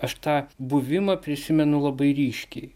aš tą buvimą prisimenu labai ryškiai